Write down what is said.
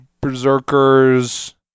Berserkers